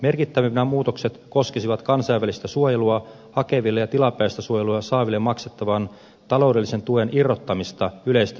merkittävimmät muutokset koskisivat kansainvälistä suojelua hakeville ja tilapäistä suojelua saaville maksettavan taloudellisen tuen irrottamista yleisestä toimeentulotuesta